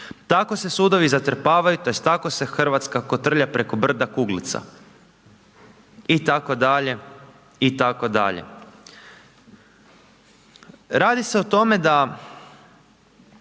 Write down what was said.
Tako se sudovi zatrpavaju tj. tako se Hrvatska kotrlja preko brda kuglica i tako dalje, i tako dalje. Radi se o tome da